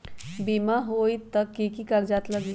बिमा होई त कि की कागज़ात लगी?